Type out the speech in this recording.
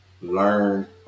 learn